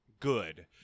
good